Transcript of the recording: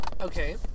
Okay